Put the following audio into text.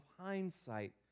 hindsight